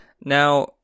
Now